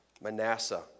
Manasseh